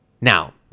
Now